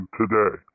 today